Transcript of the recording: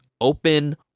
Open